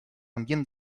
ambient